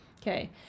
Okay